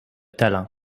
talent